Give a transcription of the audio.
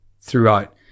throughout